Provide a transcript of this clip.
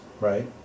right